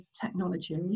technology